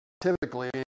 typically